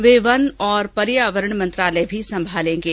वे वन और पर्यावरण मंत्रालय भी संभालेंगे